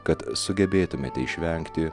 kad sugebėtumėte išvengti